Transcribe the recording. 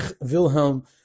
Wilhelm